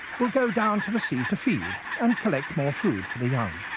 will go down to the sea to feed and collect more food for the young.